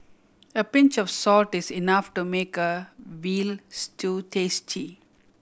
a pinch of salt is enough to make a veal stew tasty